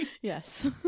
Yes